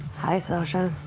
hi, sasha.